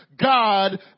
God